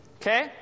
okay